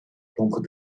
klonken